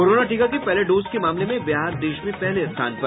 corona टीका के पहले डोज के मामले में बिहार देश में पहले स्थान पर